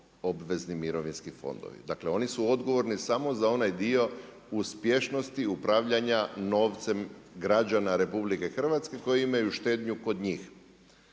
obvezni mirovinski fondovi. Dakle, oni su odgovorni samo za onaj dio uspješnosti upravljanja novcem građana RH koji imaju štednju kod njih.